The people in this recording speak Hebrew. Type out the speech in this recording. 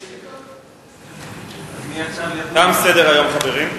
אדוני, נפל לי המסך.